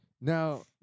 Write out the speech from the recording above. now